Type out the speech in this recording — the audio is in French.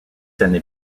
années